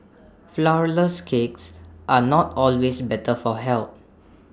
Flourless Cakes are not always better for health